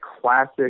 classic